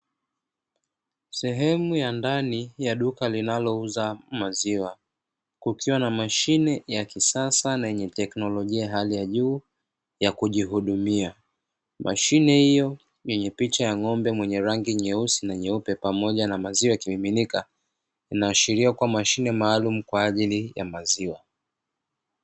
Sehemu ya ndani ya duka linalouza maziwa, kukiwa na mashine ya kisasa na yenye teknolojia ya hali ya juu ya kujihudumia, mashine hiyo yenye picha ya ng'ombe ya rangi nyeupe na nyeusi pamoja na maziwa yakimiminika inaashiria kuwa mashine maalumu kwa ajili maziwa.